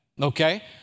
okay